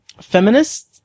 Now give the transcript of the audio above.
feminists